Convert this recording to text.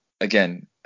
again